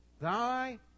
Thy